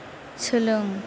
सोलों